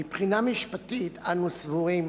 מבחינה משפטית, אנו סבורים